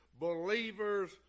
believers